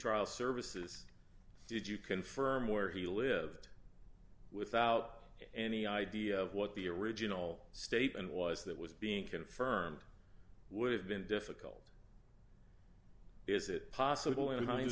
trial services did you confirm where he lived without any idea of what the original statement was that was being confirmed would have been difficult is it possible in h